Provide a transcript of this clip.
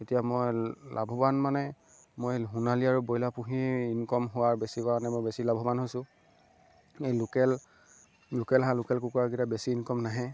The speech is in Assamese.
এতিয়া মই লাভৱান মানে মই সোণালী আৰু ব্ৰইলাৰ পুহিয়েই ইনকম হোৱাৰ বেছি কাৰণে মই বেছি লাভৱান হৈছোঁ এই লোকেল লোকেল হাঁহ লোকেল কুকুৰাকেইটা বেছি ইনকম নাহে